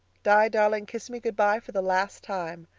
di, darling, kiss me good-bye for the last time.